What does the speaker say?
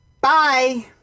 Bye